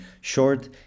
short